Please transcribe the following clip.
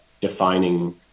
defining